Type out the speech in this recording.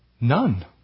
None